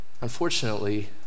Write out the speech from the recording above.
Unfortunately